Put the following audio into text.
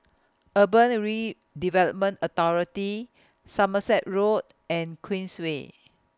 Urban Redevelopment Authority Somerset Road and Queensway